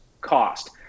cost